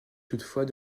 toutefois